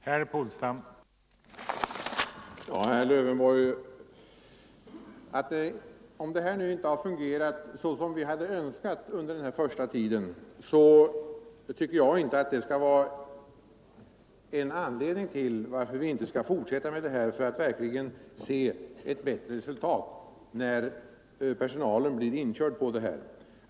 Herr talman! Om det här arbetet, herr Lövenborg, under den första tiden inte har fungerat så som vi hade önskat, tycker jag inte att det skall vara en anledning till att vi inte skall fortsätta med det och vänta oss ett bättre resultat när personalen fått mera erfarenhet.